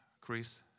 Chris